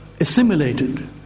assimilated